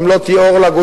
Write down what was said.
אם לא תהיה אור לגויים,